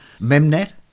Memnet